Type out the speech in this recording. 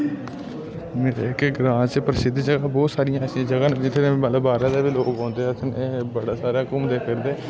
मेरे जेह्के ग्रांऽ च प्रसिद्ध जगह बोह्त सारियां ऐसियां जगह न जित्थै मतलब बाह्रै दा बी लोग औंदे बड़े थाह्रें घूमदे फिरदे